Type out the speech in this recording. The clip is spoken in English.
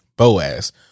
Boaz